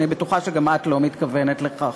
אני בטוחה שגם את לא מתכוונת לכך.